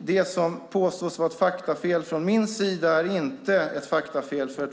Det som påstås vara ett faktafel från min sida är inte ett faktafel.